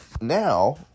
now